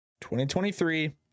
2023